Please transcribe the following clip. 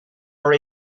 were